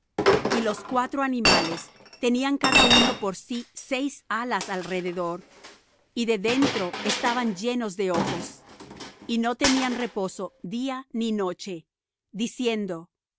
y los cuatro animales tenían cada uno por sí seis alas alrededor y de dentro estaban llenos de ojos y no tenían reposo día ni noche diciendo